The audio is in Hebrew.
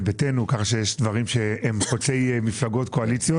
ביתנו כך שיש דברים שהם חוצי מפלגות וקואליציות.